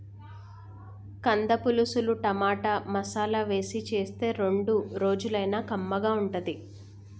కంద పులుసుల టమాటా, మసాలా వేసి చేస్తే రెండు రోజులైనా కమ్మగా ఉంటది